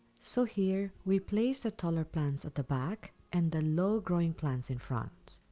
so here, we placed the taller plants at the back, and the low growing plants in front.